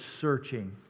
searching